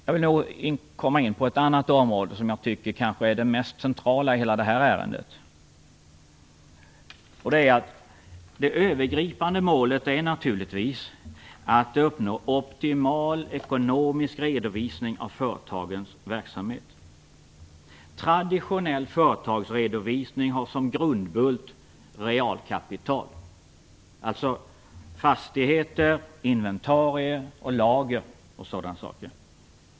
Jag vill komma in på ett annat område, som kanske är det mest centrala i hela detta ärende. Det är att det övergripande målet naturligtvis är att uppnå optimal ekonomisk redovisning av företagens verksamhet. Traditionell företagsredovisning har som grundbult realkapital, alltså fastigheter, inventarier och lager m.m.